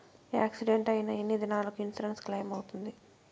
Accident అయిన ఎన్ని దినాలకు ఇన్సూరెన్సు క్లెయిమ్ అవుతుంది?